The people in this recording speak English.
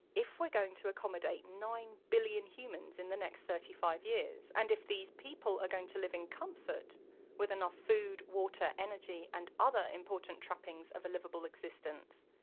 if we're going to accommodate nine billion humans in the next thirty five years, and if those people are going to live in comfort with enough food, water, energy and other important trappings of a liveable existence,